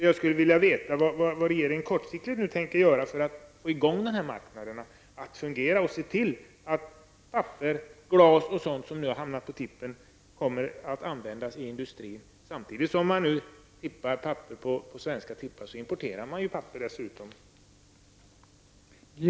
Jag skulle vilja veta vad regeringen kortsiktigt tänker göra för att få i gång marknaden, få den att fungera och se till att papper, glas och sådant som har hamnat på tippen kommer att användas i industrin. Samtidigt som man nu tippar papper på svenska tippar importerar man dessutom papper.